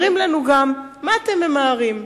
אומרים לנו גם: מה אתם ממהרים?